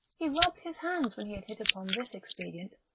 he rubbed his hands when he had hit upon this expedient.